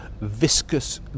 viscous